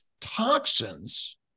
toxins